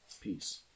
peace